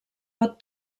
pot